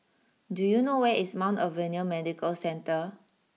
do you know where is Mount Alvernia Medical Centre